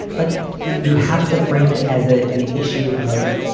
like you have to frame it as ah an issue of,